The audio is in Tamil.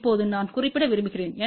இப்போது நான் குறிப்பிட விரும்புகிறேன்